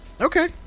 Okay